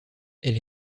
elle